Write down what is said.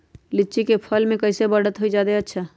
लिचि क फल म कईसे बढ़त होई जादे अच्छा?